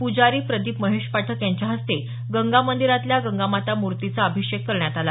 पुजारी प्रदीप महेशपाठक यांच्या हस्ते गंगा मंदीरातल्या गंगामाता मूर्तीचा अभिषेक करण्यात आला